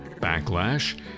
backlash